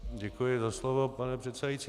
Děkuji za slovo, pane předsedající.